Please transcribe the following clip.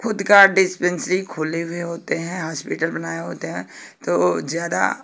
ख़ुद का डिस्पेंसी खोले हुए होते हैं हास्पिटल बनाए होते हैं तो ज़्यादा